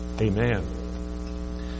amen